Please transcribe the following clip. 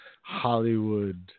hollywood